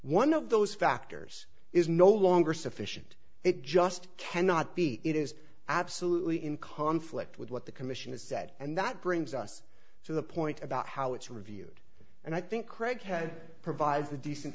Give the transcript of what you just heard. one of those factors is no longer sufficient it just cannot be it is absolutely in conflict with what the commission has said and that brings us to the point about how it's reviewed and i think craig had provides a decent